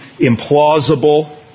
implausible